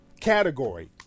category